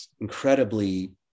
incredibly